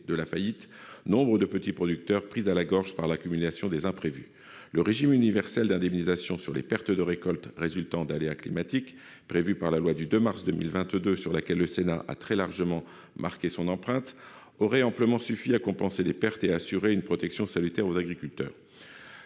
de la faillite, nombres de petits producteurs pris à la gorge par l'accumulation des imprévus, le régime universel d'indemnisation sur les pertes de récoltes résultant d'aléas climatiques prévues par la loi du 2 mars 2022, sur laquelle le Sénat a très largement marqué son empreinte aurait amplement suffi à compenser les pertes et assurer une protection salutaire aux agriculteurs,